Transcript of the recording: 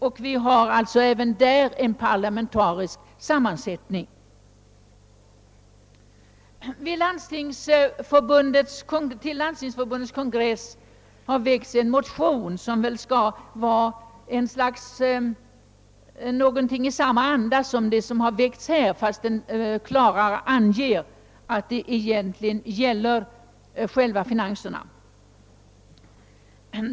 Det finns alltså även därvidlag en parlamentarisk sammansättning. Till Landstingsförbundets kongress har väckts en motion som väl går i samma riktning som de motioner som har väckts här i riksdagen, fast den klarare anger att det egentligen gäller själva finanserna.